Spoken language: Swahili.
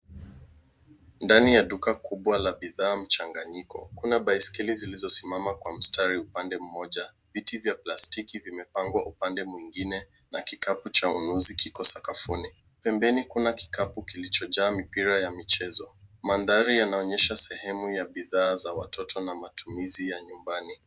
Ndani ya duka kubwa la bidhaa mchanganyiko, kuna baisikeli zilizosimama kwa mstari upande mmoja. Viti vya plastiki vimepangwa upande mwingine na kikapu cha ununuzi kiko sakafuni. Pembeni kuna kikapu kilichojaa mipira ya michezo. Mandhari yanaonyesha sehemu ya bidhaa za watoto na matumizi ya nyumbani.